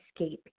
escape